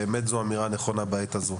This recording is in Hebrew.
באמת זאת אמירה נכונה בעת הזאת.